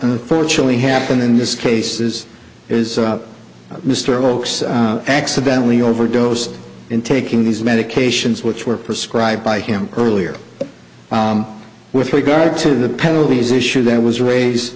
unfortunately happened in this case is is mr oakes accidentally overdosed in taking these medications which were prescribed by him earlier with regard to the penalties issue that was raised